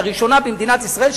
לראשונה במדינת ישראל,